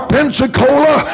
Pensacola